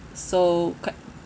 so quite